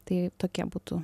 tai tokie būtų